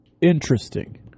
Interesting